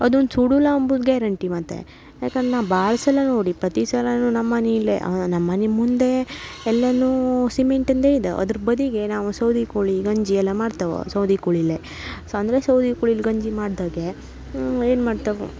ಅದೊಂದು ಸುಡುಲ್ಲ ಅಂಬುದು ಗ್ಯಾರಂಟಿ ಮತ್ತು ಯಾಕಂದ್ರ್ ನಾ ಭಾಳ ಸಲ ನೋಡಿ ಪ್ರತಿ ಸಲವೂ ನಮ್ಮ ಮನೀಲಿ ನಮ್ಮ ಮನೆ ಮುಂದೆ ಎಲ್ಲವೂ ಸಿಮೆಂಟಿಂದೇ ಇದು ಅದ್ರ ಬದಿಗೆ ನಾವು ಸೌದೆ ಕುಳಿ ಗಂಜಿಯೆಲ್ಲ ಮಾಡ್ತಾವೆ ಸೌದೆ ಕುಳಿಲಿ ಸೊ ಅಂದರೆ ಸೌದೆ ಕುಳಿಲಿ ಗಂಜಿ ಮಾಡ್ದಾಗ ಏನ್ ಮಾಡ್ತಾವೆ